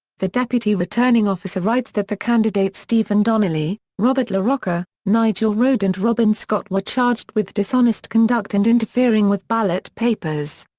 the deputy returning officer writes that the candidates stephen donnelly, robert larocca, nigel rhode and robin scott were charged with dishonest conduct and interfering with ballot papers.